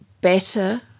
better